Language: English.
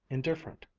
indifferent.